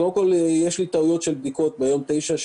יש טעויות בבדיקות ביום ה-9,